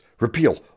repeal